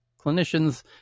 clinicians